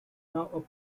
now